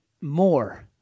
more